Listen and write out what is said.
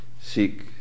seek